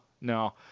no